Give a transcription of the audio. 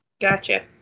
Gotcha